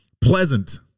pleasant